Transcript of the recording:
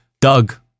Doug